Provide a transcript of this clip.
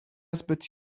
zbyt